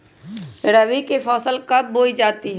रबी की फसल कब बोई जाती है?